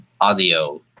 audio